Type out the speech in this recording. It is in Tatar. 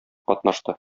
катнашты